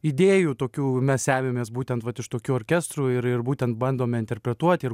idėjų tokių mes semiamės būtent vat iš tokių orkestrų ir ir būtent bandome interpretuoti ir